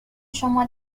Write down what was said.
شما